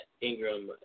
Ingram